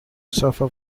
suffer